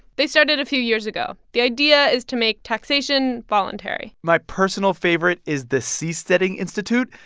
they started a few years ago. the idea is to make taxation voluntary my personal favorite is the seasteading institute.